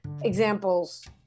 examples